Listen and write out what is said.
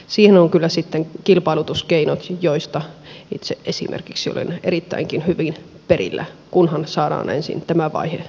siihen on kyllä sitten kilpailutuskeinot joista esimerkiksi itse olen erittäinkin hyvin perillä kunhan saadaan ensin tämä vaihe siellä kunnissa läpi